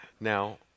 Now